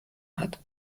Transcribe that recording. hat